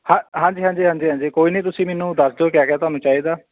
ਹਾਂ ਹਾਂਜੀ ਹਾਂਜੀ ਹਾਂਜੀ ਰਾਂਜੀ ਕੋਈ ਨਹੀਂ ਤੁਸੀਂ ਮੈਨੂੰ ਦੱਸ ਦਿਓ ਕਿਆ ਕਿਆ ਤੁਹਾਨੂੰ ਚਾਹੀਦਾ